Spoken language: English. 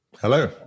Hello